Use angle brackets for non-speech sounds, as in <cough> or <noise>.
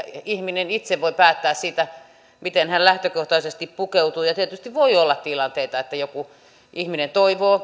ihminen itse voi päättää siitä miten hän lähtökohtaisesti pukeutuu tietysti voi olla tilanteita että joku ihminen toivoo <unintelligible>